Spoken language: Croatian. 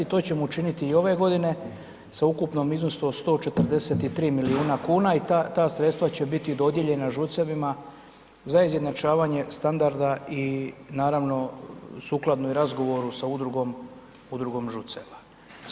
To ćemo učiniti i ove godine sa ukupnim iznosom od 143 milijuna kuna i ta sredstva će biti dodijeljena ŽUC-evima za izjednačavanje standarda i naravno sukladno i razgovoru sa udrugom ŽUC-eva.